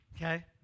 Okay